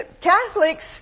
Catholics